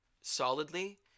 solidly